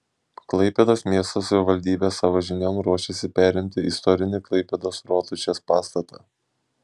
klaipėdos miesto savivaldybė savo žinion ruošiasi perimti istorinį klaipėdos rotušės pastatą